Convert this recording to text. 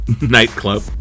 Nightclub